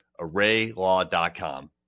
ArrayLaw.com